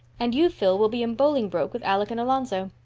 and you, phil, will be in bolingbroke with alec and alonzo.